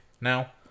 now